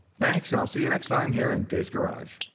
thanks, and i'll see you next time here in dave's garage.